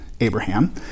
Abraham